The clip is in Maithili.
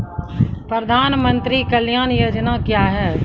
प्रधानमंत्री कल्याण योजना क्या हैं?